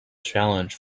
challenge